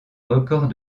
record